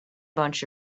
bunch